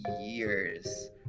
years